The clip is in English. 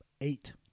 Eight